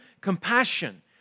compassion